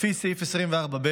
לפי סעיף 24(ב),